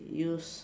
use